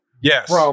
Yes